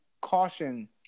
caution